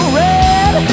red